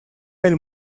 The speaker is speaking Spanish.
del